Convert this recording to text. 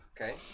Okay